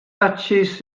fatsis